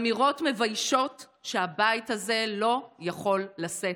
אמירות מביישות שהבית הזה לא יכול לשאת,